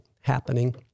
happening